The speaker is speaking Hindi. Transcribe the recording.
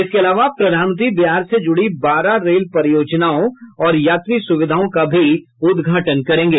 इसके अलावा प्रधानमंत्री बिहार से जुड़ी बारह रेल परियोजनाओं और यात्री सुविधाओं का भी उद्घाटन करेंगे